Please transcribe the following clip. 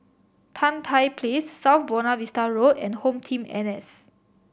Tan Tye Place South Buona Vista Road and HomeTeam N S